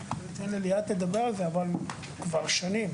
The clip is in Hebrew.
ליאת תדבר על זה אבל כבר שנים